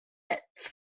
its